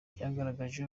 byagaragaje